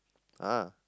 !huh!